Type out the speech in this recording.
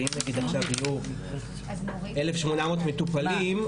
ואם נגיד יהיו 1,800 מטופלים,